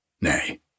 Nay